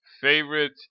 favorite